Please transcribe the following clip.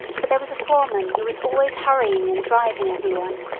but there was a foreman who was always hurrying and driving every one,